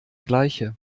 gleiche